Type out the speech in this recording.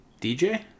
DJ